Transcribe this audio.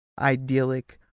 idyllic